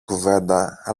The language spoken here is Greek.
κουβέντα